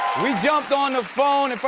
we jumped on the phone and but